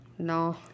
no